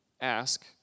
Ask